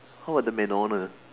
how about the MacDonald